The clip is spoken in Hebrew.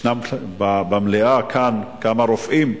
ישנם במליאה כאן כמה רופאים.